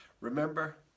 remember